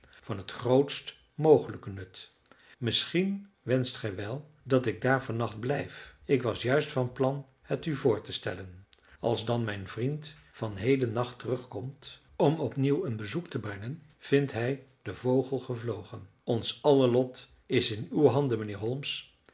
van het grootst mogelijk nut misschien wenscht gij wel dat ik daar van nacht blijf ik was juist van plan het u voor te stellen als dan mijn vriend van heden nacht terugkomt om opnieuw een bezoek te brengen vindt hij den vogel gevlogen ons aller lot is in uw handen mijnheer holmes